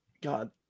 God